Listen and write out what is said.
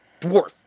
dwarf